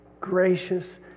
gracious